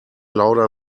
louder